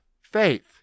faith